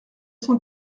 cent